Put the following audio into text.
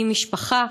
היא משפחה,